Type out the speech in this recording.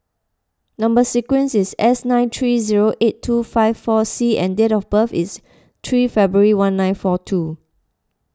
Number Sequence is S nine three zero eight two five four C and date of birth is three February one nine four two